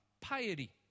piety